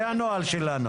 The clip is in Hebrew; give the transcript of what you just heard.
זה הנוהל שלנו.